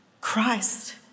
Christ